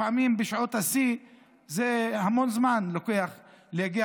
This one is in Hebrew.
לפעמים בשעות השיא זה לוקח המון זמן להגיע,